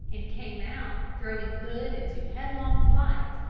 and came out, throwing hood into headlong flight,